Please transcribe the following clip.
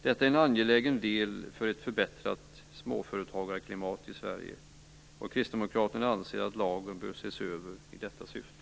Detta är en angelägen del i ett förbättrat småföretagarklimat i Sverige, och Kristdemokraterna anser att lagen bör ses över i detta syfte.